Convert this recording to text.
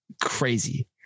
crazy